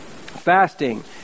Fasting